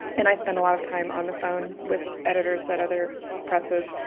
and i spend a lot of time on the phone with editors at other presses,